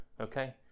Okay